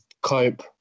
cope